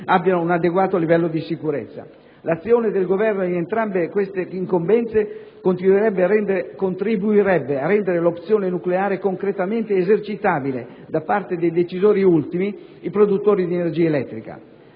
abbiano un adeguato livello di sicurezza. L'azione del Governo in entrambe queste incombenze contribuirebbe a rendere l'opzione nucleare concretamente esercitabile da parte dei decisori ultimi, i produttori di energia elettrica.